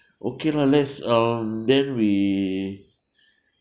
okay lah let's um then we